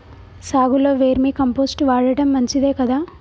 సాగులో vermi compost వాడటం మంచిదే కదా?